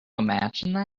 imagine